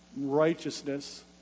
righteousness